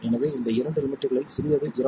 எனவே இந்த இரண்டு லிமிட்களில் சிறியது 0